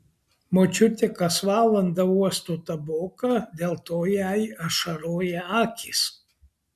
močiutė kas valandą uosto taboką dėl to jai ašaroja akys